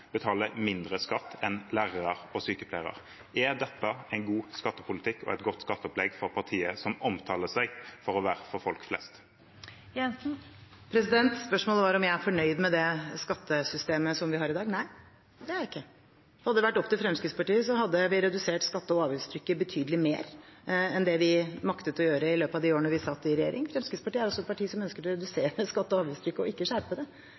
betaler mindre skatt enn lærere og sykepleiere. Er dette en god skattepolitikk og et godt skatteopplegg for partiet som sier at de er for folk flest? Spørsmålet var om jeg er fornøyd med det skattesystemet som vi har i dag. Nei, det er jeg ikke. Hadde det vært opp til Fremskrittspartiet, hadde vi redusert skatte- og avgiftstrykket betydelig mer enn det vi maktet å gjøre i løpet av de årene vi satt i regjering. Fremskrittspartiet er et parti som ønsker å redusere skatte- og avgiftstrykket, ikke skjerpe det.